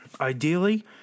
Ideally